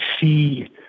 see